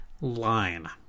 line